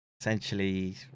Essentially